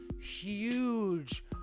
huge